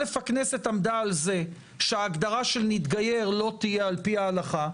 הכנסת עמדה על זה שהגדרה של מתגייר לא תהיה על-פי ההלכה,